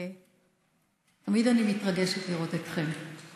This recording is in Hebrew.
תמיד אני מתרגשת לראות אתכם.